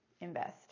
invest